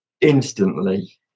instantly